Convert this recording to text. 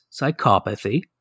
psychopathy